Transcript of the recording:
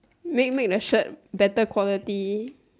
make make the shirt better quality